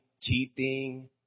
cheating